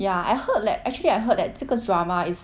ya I heard that actually I heard that 这个 drama is